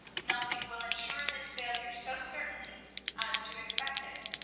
nothing will insure this failure so certainly as to expect it.